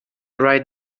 write